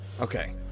Okay